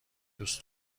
دوست